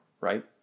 Right